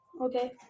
Okay